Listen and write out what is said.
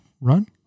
run